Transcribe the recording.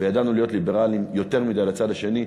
וידענו להיות ליברליים יותר מדי לצד השני,